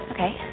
Okay